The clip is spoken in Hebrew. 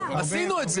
עשינו את זה.